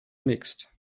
mixed